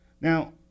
Now